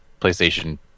PlayStation